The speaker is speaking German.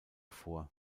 vor